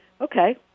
Okay